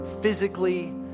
physically